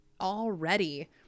already